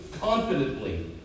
confidently